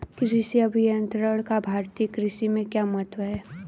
कृषि अभियंत्रण का भारतीय कृषि में क्या महत्व है?